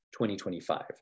2025